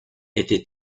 étaient